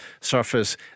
surface